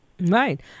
Right